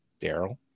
Daryl